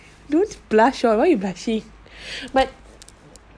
don't blush lah why you blushing